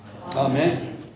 Amen